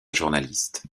journaliste